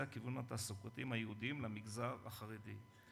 הכוון תעסוקתי ייעודיים למגזר החרדי,